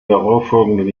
darauffolgenden